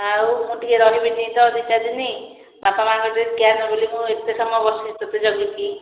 ଆଉ ମୁଁ ଟିକେ ରହିବିନି ତ ଦୁଇ ଚାରି ଦିନ ବାପା ମାଆଙ୍କ ଟିକେ କେୟାର୍ ନେବୁ ବୋଲି ମୁଁ ଏତେ ସମୟ ବସିଛି ତତେ ଜଗିକି